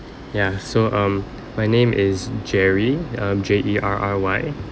ya so um my name is jerry um J E R R Y